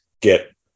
get